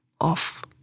off